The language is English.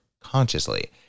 consciously